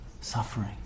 suffering